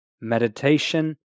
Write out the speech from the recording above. meditation